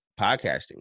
podcasting